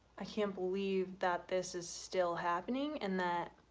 i can't believe that this is still happening and that